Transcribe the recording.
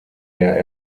der